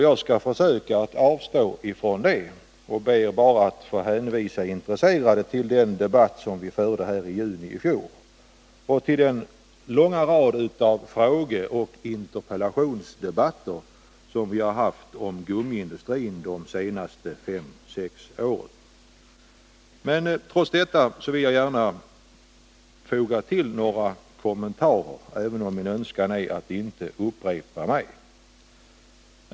Jag skall försöka att avstå från att göra detsamma, och jag ber att få hänvisa intresserade till den debatt som vi förde i juni i fjol och till den långa rad av frågeoch interpellationsdebatter som vi har haft om gummiindustrin under de senaste fem sex åren. Jag vill emellertid gärna, trots min önskan att inte upprepa mig, foga till några kommentarer.